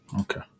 Okay